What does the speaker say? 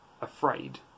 afraid